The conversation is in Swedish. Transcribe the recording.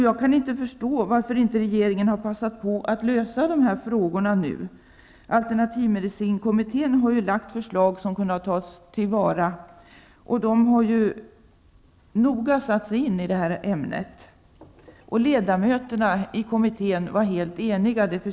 Jag kan inte förstå varför regeringen inte har passat på att lösa dessa frågor nu. Alternativmedicinkommittén har lagt fram förslag som kunde ha tagits till vara. Den har noga satt sig in i ämnet. Ledamöterna var också helt eniga.